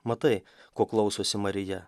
matai ko klausosi marija